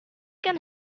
can